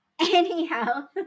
anyhow